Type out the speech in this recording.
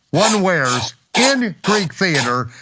one wears in greek theater,